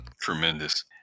Tremendous